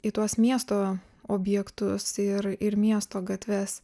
į tuos miesto objektus ir ir miesto gatves